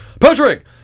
Patrick